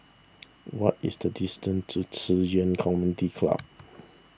what is the distance to Ci Yuan Community Club